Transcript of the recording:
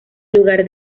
lugar